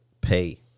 pay